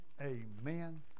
Amen